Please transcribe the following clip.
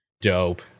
Dope